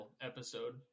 episode